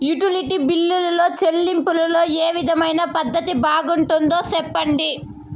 Utility బిల్లులో చెల్లింపులో ఏ విధమైన పద్దతి బాగుంటుందో సెప్పండి?